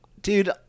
dude